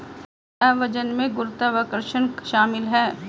क्या वजन में गुरुत्वाकर्षण शामिल है?